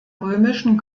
römischen